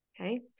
okay